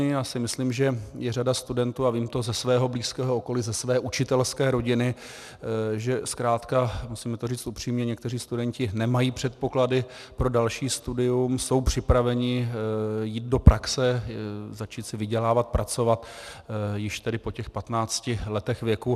Já si myslím, že je řada studentů, a vím to ze svého blízkého okolí, ze své učitelské rodiny, že zkrátka, musíme to říct upřímně, někteří studenti nemají předpoklady pro další studium, jsou připraveni jít do praxe, začít si vydělávat, pracovat již tedy po těch 15 letech věku.